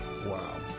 Wow